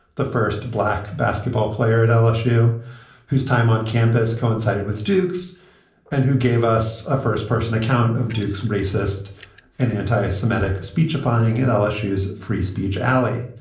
the first black basketball player at lsu whose time on campus coincided with duke's and who gave us a first person account of duke's racist and anti-semitic speechifying at and lsu is free speech. ali,